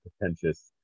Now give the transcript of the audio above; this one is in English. pretentious